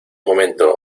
momento